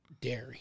dairy